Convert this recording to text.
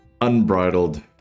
Unbridled